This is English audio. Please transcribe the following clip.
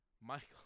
Michael